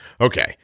Okay